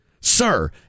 Sir